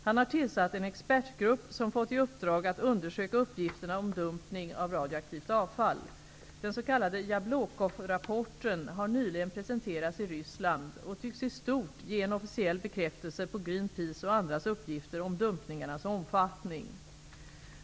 Han har tillsatt en expertgrupp som fått i uppdrag att undersöka uppgifterna om dumpning av radioaktivt avfall. Den s.k. Jablokovrapporten har nyligen presenterats i Ryssland och tycks i stort ge en officiell bekräftelse på Greenpeace och andras uppgifter om dumpningarnas omfattning.